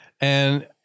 and-